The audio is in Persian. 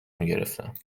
میگرفتم